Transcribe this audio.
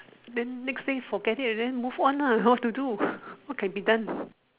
then next day forget it and then move on lah what to do what can be done